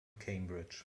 cambridge